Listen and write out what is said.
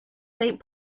saint